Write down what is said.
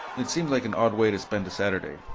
it seemed like an odd way to spend a saturday.